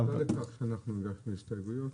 אתה מודע לכך שאנחנו הגשנו הסתייגויות?